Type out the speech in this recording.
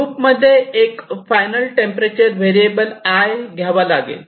loop मध्ये एक final temperature variable I घ्यावा लागेल